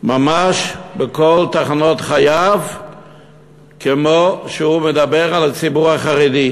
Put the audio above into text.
ממש בכל תחנות חייו כמו שהוא מדבר על הציבור החרדי.